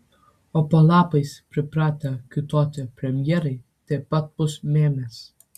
o po lapais pripratę kiūtoti premjerai taip pat bus mėmės